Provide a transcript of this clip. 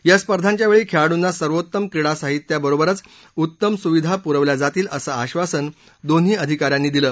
या स्पर्धांच्या वेळी खेळाडूंना सर्वोत्तम क्रीडा साहित्याबरोबरच उत्तम सुविधा पुरवल्या जातील असं आश्वासन दोन्ही अधिकाऱ्यांनी दिलं